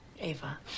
Ava